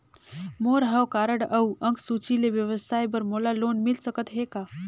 मोर हव कारड अउ अंक सूची ले व्यवसाय बर मोला लोन मिल सकत हे का?